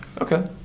Okay